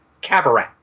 Cabaret